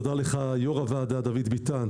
תודה ליושב ראש הוועדה דוד ביטן,